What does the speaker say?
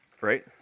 Right